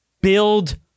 Build